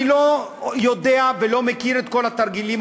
אני לא יודע ולא מכיר את כל התרגילים